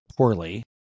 poorly